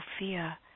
Sophia